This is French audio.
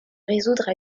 résoudre